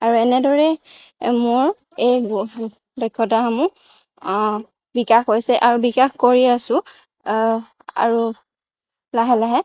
আৰু এনেদৰে মোৰ এই দক্ষতাসমূহ বিকাশ হৈছে আৰু বিকাশ কৰি আছোঁ আৰু লাহে লাহে